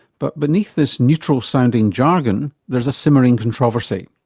but beneath this neutral sounding jargon, there's a simmering controversy.